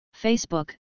Facebook